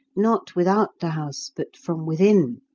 not without the house, but from within,